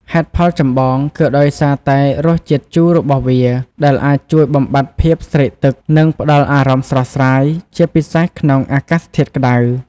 ហេតុផលចម្បង គឺដោយសារតែ រសជាតិជូរ របស់វា ដែលអាចជួយបំបាត់ភាពស្រេកទឹក និងផ្តល់អារម្មណ៍ស្រស់ស្រាយ ជាពិសេសក្នុងអាកាសធាតុក្តៅ។